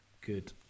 Good